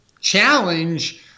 challenge